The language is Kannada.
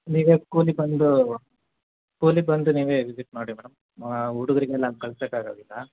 ನೀವೆ ಸ್ಕೂಲಿಗೆ ಬಂದು ಸ್ಕೂಲಿಗೆ ಬಂದು ನೀವೇ ವಿಸಿಟ್ ಮಾಡಿ ಮೇಡಮ್ ಹಾಂ ಹುಡುಗರಿಗೆಲ್ಲ ಅಲ್ಲಿ ಕಳ್ಸೋಕಾಗೊದಿಲ್ಲ